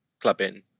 clubbing